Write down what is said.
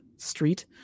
street